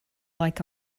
like